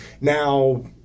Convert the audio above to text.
now